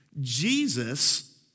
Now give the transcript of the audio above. Jesus